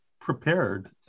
prepared